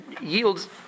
yields